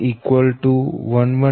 432100 128